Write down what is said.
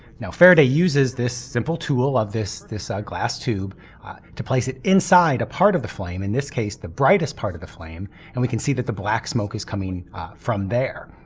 now faraday uses this simple tool of this this ah glass tube to place it inside a part of the flame, in this case, the brightest part of the flame and we can see that the black smoke is coming from there.